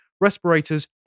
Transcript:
Respirators